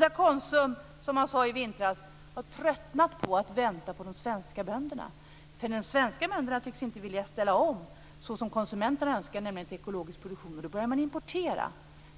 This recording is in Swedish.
Det sades i vintras att Konsum har tröttnat på att vänta på de svenska bönderna. De svenska bönderna tycks nämligen inte vilja ställa om till ekologisk produktion, så som konsumenterna önskar. Då börjar man importera.